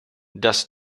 does